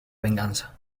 venganza